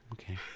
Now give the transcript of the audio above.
Okay